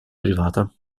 privata